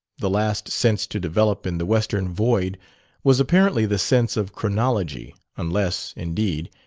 the last sense to develop in the western void was apparently the sense of chronology unless, indeed,